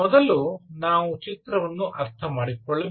ಮೊದಲು ನಾವು ಚಿತ್ರವನ್ನು ಅರ್ಥಮಾಡಿಕೊಳ್ಳೋಣ